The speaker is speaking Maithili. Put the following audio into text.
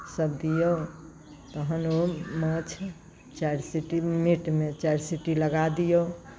सभ दियौ तखन ओ माछ चारि सीटी मीटमे चारि सीटी लगा दियौ से